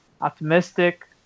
optimistic